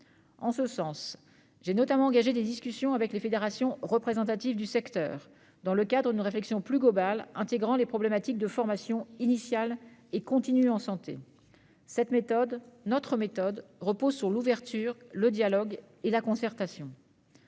Dans ce but, j'ai notamment engagé des discussions avec les fédérations représentatives du secteur, dans le cadre d'une réflexion plus globale intégrant les problématiques de formation initiale et continue en santé. Cette méthode, notre méthode, repose sur l'ouverture, le dialogue et la concertation.